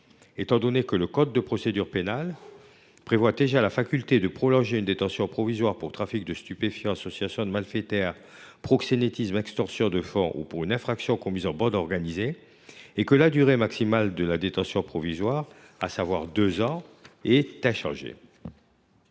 étant donné que le code de procédure pénale permet déjà de prolonger la détention provisoire en cas de trafic de stupéfiants, d’association de malfaiteurs, de proxénétisme, d’extorsion de fonds ou d’infraction commise en bande organisée, tandis que la durée maximale de la détention provisoire, à savoir deux ans, est inchangée.